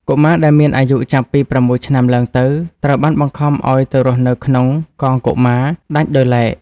កុមារដែលមានអាយុចាប់ពី ៦ ឆ្នាំឡើងទៅ ត្រូវបានបង្ខំឱ្យទៅរស់នៅក្នុង «កងកុមារ» ដាច់ដោយឡែក។